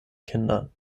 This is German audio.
kindern